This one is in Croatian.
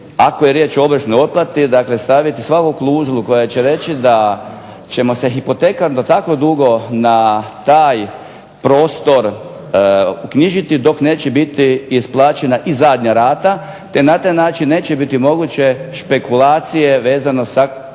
ako je riječ o obročnoj otplati, dakle staviti svakako klauzulu koja će reći da ćemo se hipotekarno tako dugo na taj prostor knjižiti dok neće biti isplaćena i zadnja rata te na taj način neće biti moguće špekulacije vezano sa kako